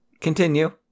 continue